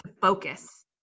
focus